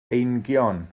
eingion